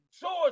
George